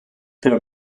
their